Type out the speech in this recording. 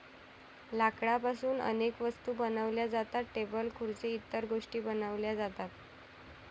लाकडापासून अनेक वस्तू बनवल्या जातात, टेबल खुर्सी इतर गोष्टीं बनवल्या जातात